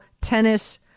tennis